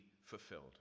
fulfilled